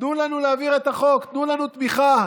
תנו לנו להעביר את החוק, תנו לנו תמיכה.